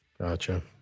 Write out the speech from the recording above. Gotcha